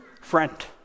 friend